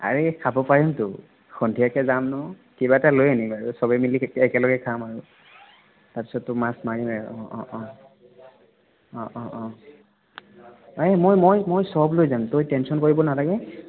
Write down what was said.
আৰে খাব পাৰিমতো সন্ধিয়াকৈ যাম ন' কিবা এটা লৈ আনিম আৰু চবে মিলি একেলগে খাম আৰু তাৰ পাছততো মাছ মাৰিমেই অঁ অঁ অঁ অঁ অঁ অঁ নাই মই মই মই চব লৈ যাম তই টেনচন কৰিব নালগে